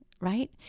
Right